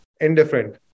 Indifferent